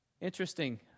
Interesting